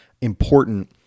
important